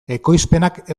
ekoizpenak